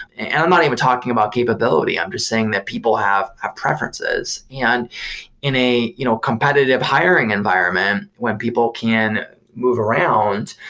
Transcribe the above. and i'm not even talking about capability. i'm just saying that people have have preferences. and in a you know competitive hiring environment, when people can move around,